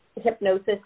hypnosis